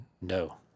No